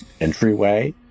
entryway